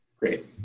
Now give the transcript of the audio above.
Great